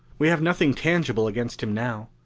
we have nothing tangible against him now.